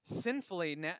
sinfully